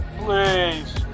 Please